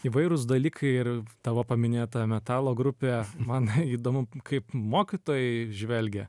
įvairūs dalykai ir tavo paminėta metalo grupė man įdomu kaip mokytojai žvelgė